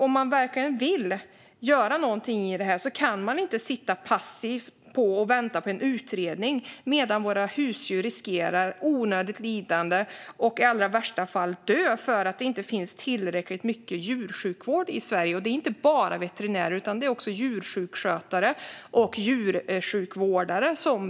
Om man verkligen vill göra något åt detta kan man inte sitta passiv och vänta på en utredning medan våra husdjur riskerar onödigt lidande och i allra värsta fall riskerar att dö för att det inte finns tillräckligt mycket djursjukvård i Sverige. Det är inte bara veterinärer som behövs utan även djursjukskötare och djursjukvårdare.